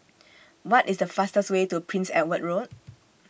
What IS The fastest Way to Prince Edward Road